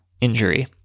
injury